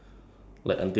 ya we